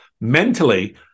mentally